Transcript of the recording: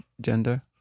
Gender